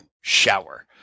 shower